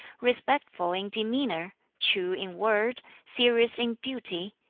respectful in demeanor, true in word, serious in duty,